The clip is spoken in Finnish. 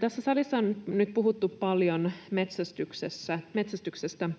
Tässä salissa on nyt puhuttu paljon metsästyksestä.